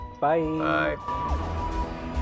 bye